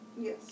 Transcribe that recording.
Yes